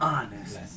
Honest